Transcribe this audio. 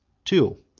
two.